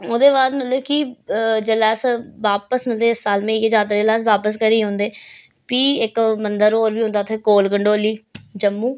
ओह्दे बाद मतलब कि जेल्लै अस बापस मतलब जेल्लै बापस अस घरै गी औंदे फ्ही इक मंदर होर बी औंदा उत्थै कौल गंडोली जम्मू